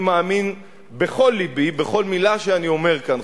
אני מאמין בכל לבי בכל מלה שאני אומר כאן,